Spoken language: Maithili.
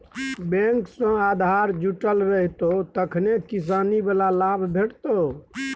बैंक सँ आधार जुटल रहितौ तखने किसानी बला लाभ भेटितौ